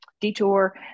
detour